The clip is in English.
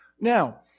now